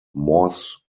morse